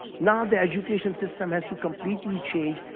now the education system has to completely change,